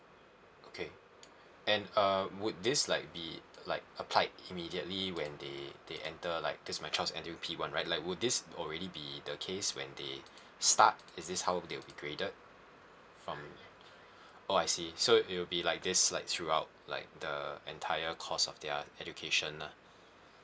okay and uh would this like be like applied immediately when they they enter like because my child's entering p one right like would this already be the case when they start is this how they'll be graded from oh I see so they'll be like this like throughout like the entire course of their education lah